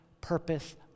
purpose